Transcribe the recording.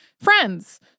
friends